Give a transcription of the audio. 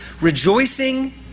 rejoicing